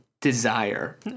desire